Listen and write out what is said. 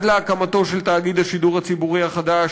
עד להקמתו של תאגיד השידור הציבורי החדש,